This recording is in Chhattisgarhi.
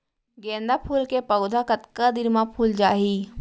गेंदा फूल के पौधा कतका दिन मा फुल जाही?